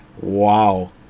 Wow